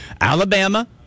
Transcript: Alabama